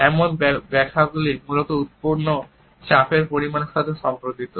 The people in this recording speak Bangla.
এমন ব্যাখ্যাগুলি মূলত উত্পন্ন চাপের পরিমাণের সাথে সম্পর্কিত